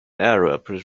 arab